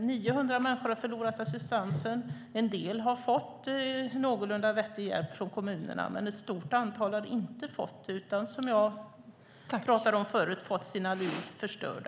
900 människor har förlorat assistansen. En del har fått någorlunda vettig hjälp från kommunerna, men ett stort antal har inte fått det, utan de har, som jag pratade om förut, fått sina liv förstörda.